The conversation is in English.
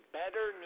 better